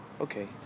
Okay